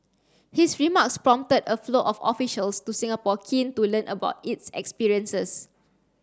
his remarks prompted a flow of officials to Singapore keen to learn about its experiences